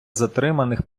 затриманих